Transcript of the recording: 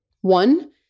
One